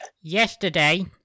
yesterday